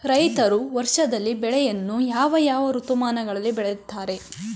ರೈತರು ವರ್ಷದಲ್ಲಿ ಬೆಳೆಯನ್ನು ಯಾವ ಯಾವ ಋತುಮಾನಗಳಲ್ಲಿ ಬೆಳೆಯುತ್ತಾರೆ?